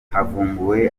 havumbuwe